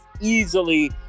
easily